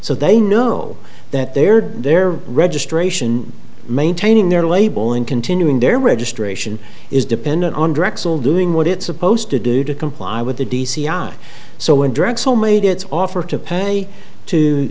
so they know that they're their registration maintaining their label and continuing their registration is dependent on drexel doing what it's supposed to do to comply with the d c i so when drexel made its offer to pay to